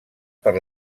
per